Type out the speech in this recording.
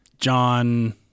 John